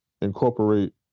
incorporate